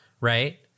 right